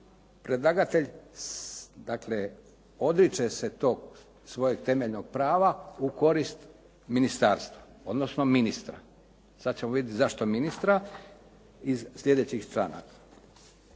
predlagatelj, dakle odriče se tog svog temeljnog prava u korist ministarstvu, odnosno ministra. Sad ćemo vidjeti zašto ministra, iz slijedećih članaka.